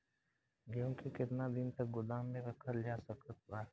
गेहूँ के केतना दिन तक गोदाम मे रखल जा सकत बा?